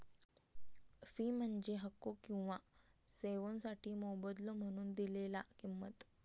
fee म्हणजे हक्को किंवा सेवोंसाठी मोबदलो म्हणून दिलेला किंमत